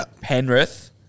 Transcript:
Penrith